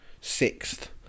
sixth